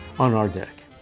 on our deck.